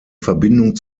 verbindung